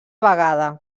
vegada